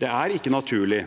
Det er ikke naturlig